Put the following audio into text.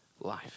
life